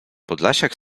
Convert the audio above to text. podlasiak